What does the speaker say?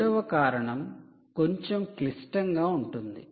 రెండవ కారణం కొంచెం క్లిష్టంగా ఉంటుంది